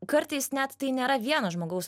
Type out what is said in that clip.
kartais net tai nėra vieno žmogaus